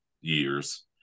years